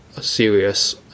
serious